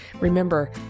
Remember